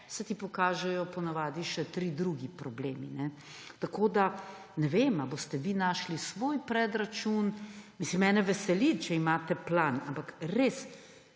se ti pokažejo ponavadi še trije drugi problemi. Tako, da ne vem, ali boste vi našli svoj predračun. Mene veseli, če imate plan, ampak res,